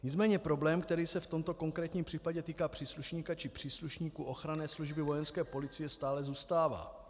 Nicméně problém, který se v tomto konkrétním případě týká příslušníka, či příslušníků ochranné služby vojenské policie, stále zůstává.